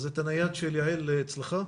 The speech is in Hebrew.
אז הנייד של יעל אצלך?